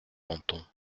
menton